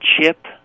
Chip